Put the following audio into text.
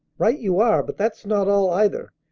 right you are! but that's not all, either.